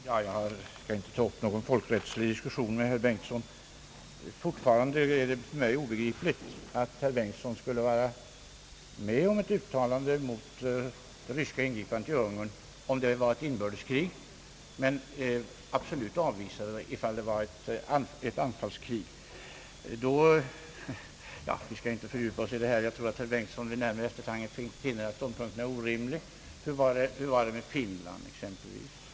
Herr talman! Jag skall inte ta upp någon folkrättslig diskussion med herr Bengtson. Fortfarande är det för mig obegripligt att han skulle vara med om ett uttalande mot det ryska ingripandet i Ungern om det var ett inbördeskrig, men absolut avvisande ifall det var ett anfallskrig. Vi skall inte fördjupa oss i detta. Jag tror att herr Bengtson vid närmare eftertanke finner att ståndpunkten är orimlig. Hur var det med Finland?